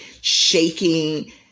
shaking